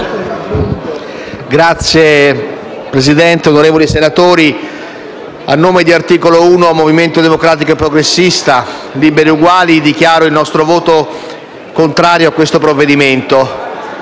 Signor Presidente, onorevoli senatori, a nome di Articolo 1 - Movimento Democratico e Progressista - Liberi e Uguali dichiaro il nostro voto contrario al provvedimento